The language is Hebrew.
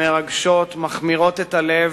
מרגשות, מכמירות את הלב,